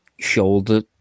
shoulder